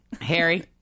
Harry